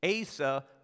Asa